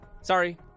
sorry